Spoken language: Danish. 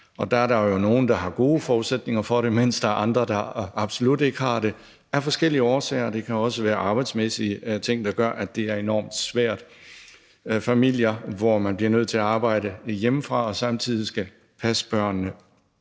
Der er nogle, der har gode forudsætninger for det, mens der er andre, der af forskellige årsager absolut ikke har det. Det kan også være arbejdsmæssige ting, der gør, at det er enormt svært. Der er familier, hvor man bliver nødt til at arbejde hjemmefra, samtidig med at man skal passe børnene.